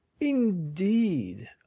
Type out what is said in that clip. Indeed